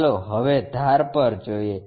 ચાલો હવે ધાર પર જોઈએ